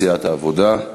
סיעת העבודה.